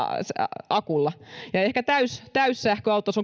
akulla ja täyssähköautossa